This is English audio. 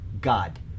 God